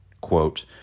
quote